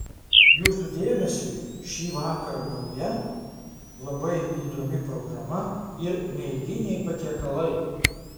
jūsų dėmesiui šį vakarą nauja labai įdomi programa ir neeiliniai patiekalai